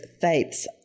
Faith's